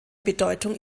bedeutung